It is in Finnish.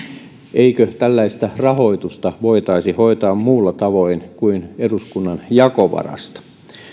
eikö tällaista rahoitusta voitaisi hoitaa muulla tavoin kuin eduskunnan jakovarasta